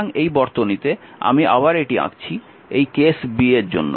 সুতরাং এই বর্তনীতে আমি আবার এটি আঁকছি এই কেস এর জন্য